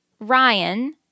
Ryan